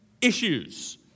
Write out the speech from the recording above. issues